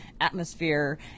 atmosphere